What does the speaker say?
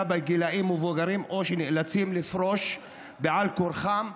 בגילים מבוגרים או שהם נאלצים לפרוש בעל כורחם,